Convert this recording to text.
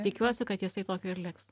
tikiuosi kad jisai tokiu ir liks